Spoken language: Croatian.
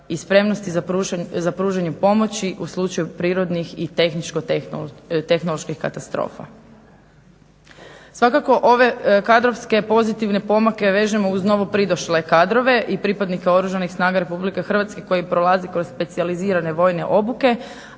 i spremnosti za pružanje pomoći u slučaju prirodnih i tehničko-tehnoloških katastrofa. Svakako ove kadrovske pozitivne pomake vežemo uz novo pridošle kadrove i pripadnike Oružanih snaga Republike Hrvatske koji prolaze kroz specijalizirane vojne obuke,